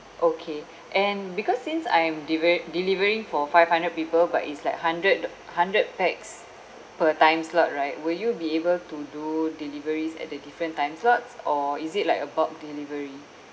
okay and because since I am deve~ delivering for five hundred people but it's like hundred d~ hundred pax per time slot right will you be able to do deliveries at a different time slots or is it like a bulk delivery